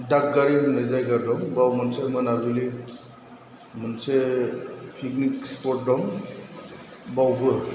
दादगारि होननाय जायगा दं बाव मोनसे मोनाबिलि मोनसे फिकनिक सिफथ दं बावबो